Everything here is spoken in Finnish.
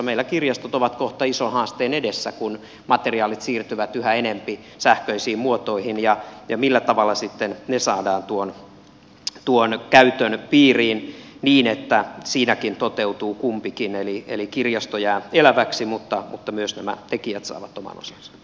meillä kirjastot ovat kohta ison haasteen edessä kun materiaalit siirtyvät yhä enempi sähköisiin muotoihin ja on ratkaistava millä tavalla sitten ne saadaan tuon käytön piiriin niin että siinäkin toteutuu kumpikin eli kirjasto jää eläväksi mutta myös nämä tekijät saavat oman osansa